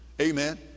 Amen